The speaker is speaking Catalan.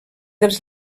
dels